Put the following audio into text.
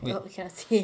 oh cannot say